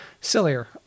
sillier